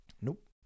Nope